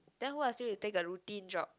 then who ask you to take the routine job